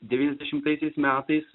devyniasdešimtaisiais metais